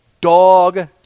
Dog